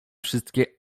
wszystkie